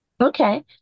okay